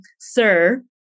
sir